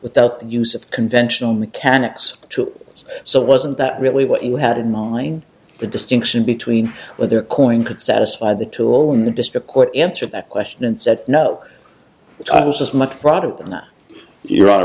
without the use of conventional mechanics to it so it wasn't that really what you had in mind the distinction between whether coyne could satisfy the two own district court answered that question and said no i was just much broader than that you